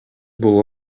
бул